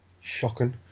shocking